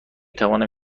توانم